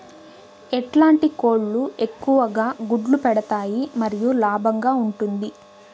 ఎట్లాంటి కోళ్ళు ఎక్కువగా గుడ్లు పెడతాయి మరియు లాభంగా ఉంటుంది?